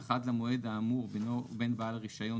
אך עד למועד האמור בינו ובין בעל רישיון